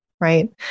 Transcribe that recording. right